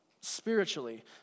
Spiritually